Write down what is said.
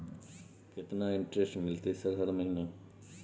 केतना इंटेरेस्ट मिलते सर हर महीना?